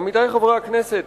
עמיתי חברי הכנסת,